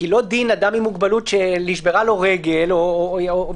כי לא דין אדם עם מוגבלות שנשברה לו רגל או בכיסא